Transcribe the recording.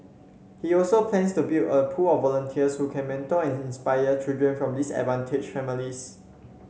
he also plans to build a pool of volunteers who can mentor and inspire children from disadvantaged families